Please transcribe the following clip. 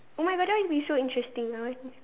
!oh-my-God! that would be so interesting I